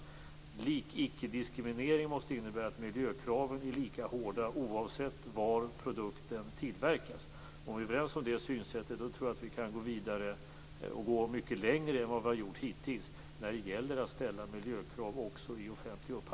Precis som med icke-diskriminering måste miljökraven vara lika hårda oavsett var produkten tillverkas. Om vi är överens om det synsättet kan vi gå längre än hittills när det gäller att även ställa miljökrav vid offentlig upphandling.